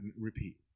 repeat